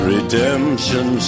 Redemption